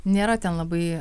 nėra ten labai